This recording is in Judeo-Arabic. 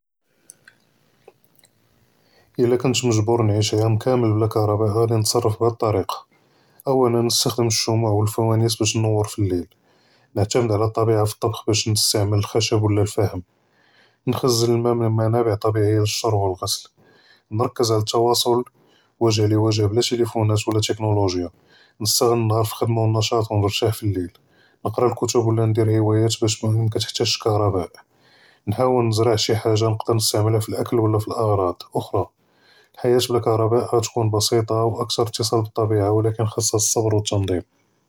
אלא כנת מג׳בור נעיש עאם כאמל בלא כהרבא נצרף בהאד טאריקה: אולאן נסתעמל שמוע ואלפואניס באש נואר פליל, נעתמד עלא אלטביעה באש נסתעמל אלח׳שב ולא אלפח׳ם, נכזן אלמא מן מנאבע טביעיה לש׳רב ואלע׳סל, נרכּז עלא תואצל וג׳ה לג׳ה בלא טיליפונאת ולא תיכנולוז׳יא, נסתע׳ל נהאר פלח׳דמה ואלנשט׳ ואנרג׳ע פליל נקרא אלכותוב ולא נדיר הוואיאת לי מא תחתאג׳ש כהרבא, נחאול נזרע שי חאג׳ה נقدر נסתעמלהא פלאכל ולא פלאע׳ראץ אוכ׳רא, חיאת בלא כהרבא תכון בסיטה ואכת׳ר אתצל בטביעה ולאכן ח׳סהא צבר ותנ׳דים.